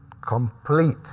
Complete